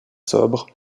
sobre